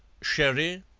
sherry?